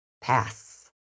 pass